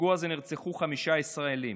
בפיגוע הזה נרצחו חמישה ישראלים.